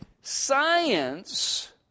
science